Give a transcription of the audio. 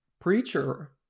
preacher